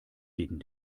gegen